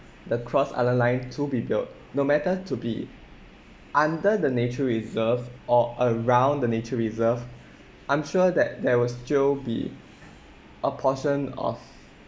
the cross island line to be built no matter to be under the nature reserve or around the nature reserve I'm sure that there will still be a portion of